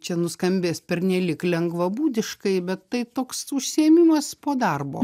čia nuskambės pernelyg lengvabūdiškai bet tai toks užsiėmimas po darbo